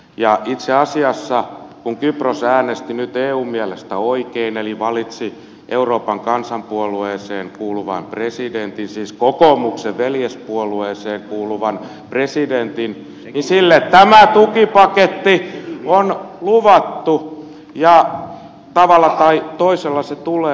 ja itse asiassa kun kypros äänesti nyt eun mielestä oikein eli valitsi euroopan kansanpuolueeseen kuuluvan presidentin siis kokoomuksen veljespuolueeseen kuuluvan presidentin sille tämä tukipaketti on luvattu ja tavalla tai toisella se tulee